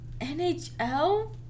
NHL